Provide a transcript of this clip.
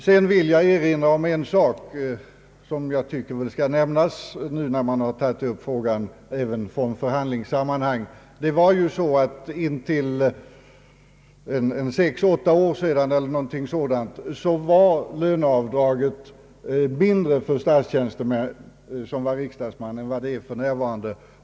Sedan vill jag erinra om en sak som jag anser bör nämnas då denna fråga har tagits upp även i förhandlingssammanhang. Fram till för sex å åtta år sedan var löneavdraget för statstjänstemän som var riksdagsmän mindre än för närvarande.